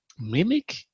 mimic